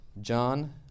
John